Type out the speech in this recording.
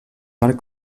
parc